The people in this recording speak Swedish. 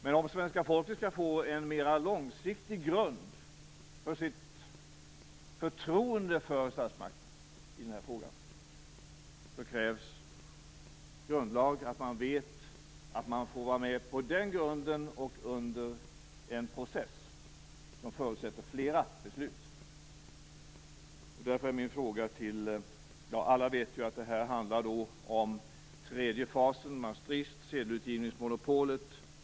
Men för att svenska folket skall få en mera långsiktig grund för sitt förtroende för statsmakterna i den här frågan krävs det stöd i en grundlag, så att man vet att man får vara med på den grunden och under en process som föutsätter flera beslut. Alla vet att det handlar om tredje fasen och Maastrichtfördraget. Det gäller alltså sedelutgivningsmonopolet.